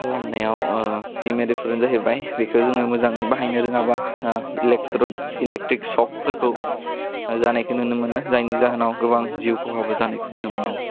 खालामनायाव ओह डिमेरिटफोरानो जाहैबाय बेखौ जोङो मोजाङै बाहायनो रोङाबा ओह इलेकट्रिक सकफोरखौ जानायखौ नुनो मोनो जायनि जाहोनाव गोबां जिउ खहाबो जानायखौ नुनो मोनदों